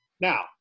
Now